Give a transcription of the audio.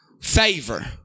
favor